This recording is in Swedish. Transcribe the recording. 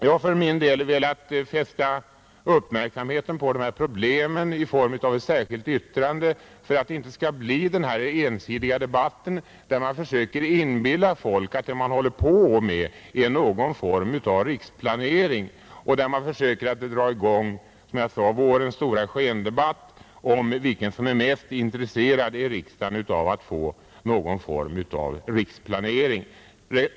Jag har för min del velat fästa uppmärksamheten på dessa problem i form av ett särskilt yttrande för att det inte skall bli en ensidig debatt där man försöker inbilla folk att man håller på med någon form av riksplanering och där man försöker dra i gång — som jag sade — vårens stora skendebatt om vilken som är mest intresserad i riksdagen av att få någon form av riksplanering.